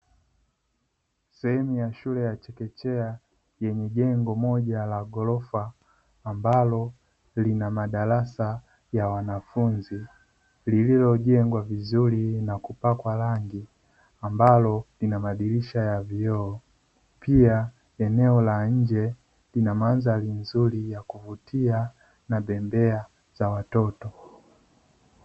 Sehemu ya shule ya chekechea yenye jengo moja la ghorofa ambalo lina madarasa ya wanafunzi lililojengwa vizuri na kupakwa rangi ambalo lina madirisha ya vioo. Pia eneo la nje lina madhari nzuri ya kuvutia na bembea za watoto.